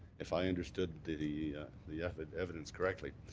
if i understood the the evidence correctly,